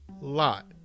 lot